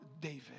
David